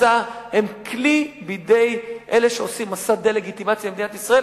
הן כלי בידי אלה שעושים מסע דה-לגיטימציה למדינת ישראל,